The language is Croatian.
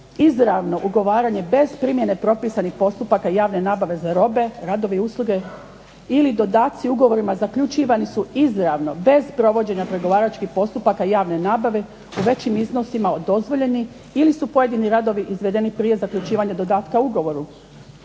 izravno ugovaranje bez primjene propisanih postupaka javne nabave za robe, radove i usluge ili dodaci o ugovorima zaključivani su izravno bez provođenja pregovaračkih postupaka javne nabave u većim iznosima od dozvoljenih ili su pojedini radovi izvedeni prije zaključivanja dodatka ugovoru.